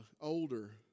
older